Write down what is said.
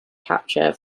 capture